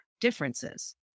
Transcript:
differences